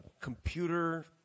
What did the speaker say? computer